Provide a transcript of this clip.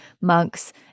monks